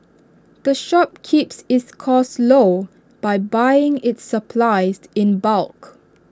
the shop keeps its costs low by buying its supplies in bulk